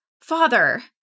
Father